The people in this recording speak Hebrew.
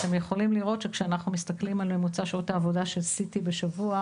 אתם יכולים לראות שכשאנחנו מסתכלים על ממוצע שעות העבודה של CT בשבוע,